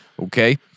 Okay